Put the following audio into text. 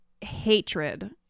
hatred